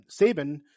Saban